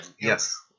Yes